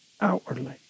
outwardly